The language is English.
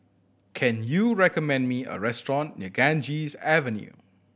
can you recommend me a restaurant near Ganges Avenue